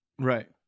Right